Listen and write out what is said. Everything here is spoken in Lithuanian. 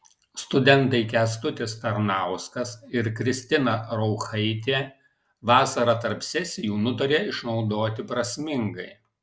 studentai kęstutis tarnauskas ir kristina rauchaitė vasarą tarp sesijų nutarė išnaudoti prasmingai